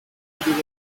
kugeza